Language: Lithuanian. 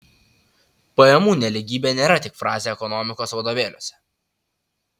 pajamų nelygybė nėra tik frazė ekonomikos vadovėliuose